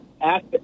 act